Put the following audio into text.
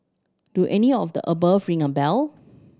do any of the above ring a bell